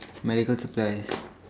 medical supplies